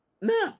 No